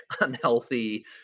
unhealthy